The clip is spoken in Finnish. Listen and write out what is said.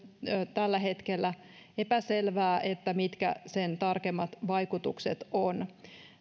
tällä hetkellä epäselvää mitkä sen tarkemmat vaikutukset